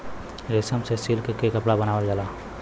रेशम से सिल्क के कपड़ा बनावल जाला